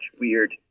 weird